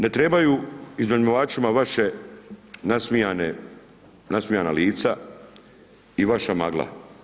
Ne trebaju iznajmljivačima vaše nasmijana lica i vaša magla.